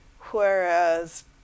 whereas